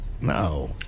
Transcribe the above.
No